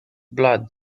blood